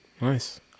Nice